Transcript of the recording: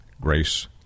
Grace